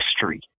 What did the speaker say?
history